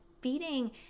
feeding